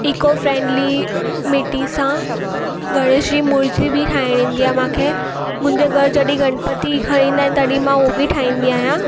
eco friendly मिटी सां गणेश जी मूर्ती बि ठाहिणु ईंदी आहे मूंखे मुंहिंजे घरु जॾहिं गणपति खणी ईंदा आहिनि तॾहिं मां उहो बि ठाहींदी आहियां